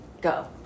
go